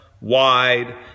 wide